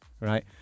right